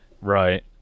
Right